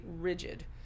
rigid